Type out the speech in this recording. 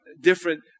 different